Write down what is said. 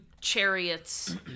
chariots